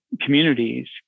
communities